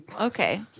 Okay